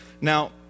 Now